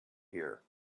here